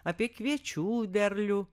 apie kviečių derlių